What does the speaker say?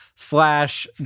Slash